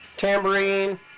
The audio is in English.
Tambourine